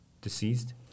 Deceased